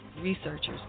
researchers